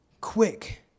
quick